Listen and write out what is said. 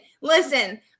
listen